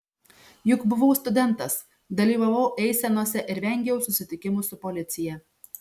juk buvau studentas dalyvavau eisenose ir vengiau susitikimų su policija